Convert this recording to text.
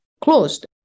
closed